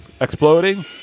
exploding